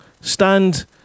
stand